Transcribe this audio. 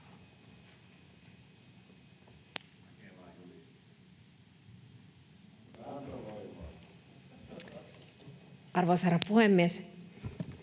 Arvoisa herra puhemies!